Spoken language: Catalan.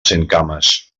centcames